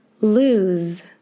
Lose